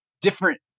different